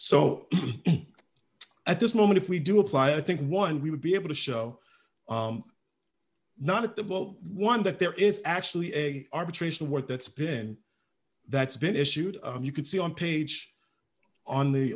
so at this moment if we do apply i think one we would be able to show not at the vote one that there is actually a arbitration work that's been that's been issued you can see on page on the